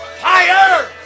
Higher